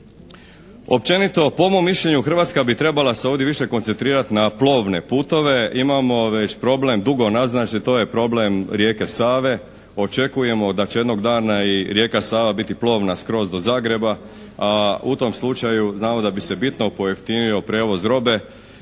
Općenito po mom mišljenju Hrvatska bi trebala se ovdje više koncentrirati na plovne putove. Imamo već problem dugo naznačen, to je problem rijeke Save. Očekujemo da će jednog dana i rijeka Sava biti plovna skroz do Zagreba, a u tom slučaju znamo da bi se bitno pojeftinio prijevoz robe,